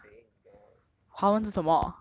joanna theng the she